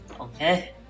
Okay